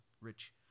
rich